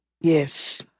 Yes